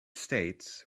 states